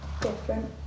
different